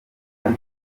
ari